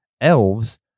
Elves